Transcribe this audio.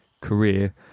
career